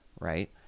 right